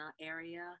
area